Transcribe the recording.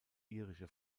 irische